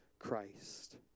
Christ